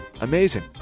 Amazing